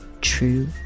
True